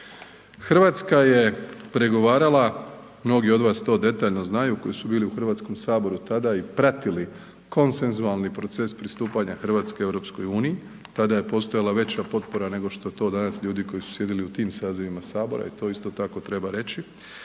Hrvatska je pregovarala, mnogi od vas to detaljno znaju koji su bili u Hrvatskom saboru tada i pratili konsenzualni proces pristupanja Hrvatske EU-u, tada je postojala veća potpora nego što je to danas ljudi koji su sjedili u tim sazivima Sabora i to isto tako treba reći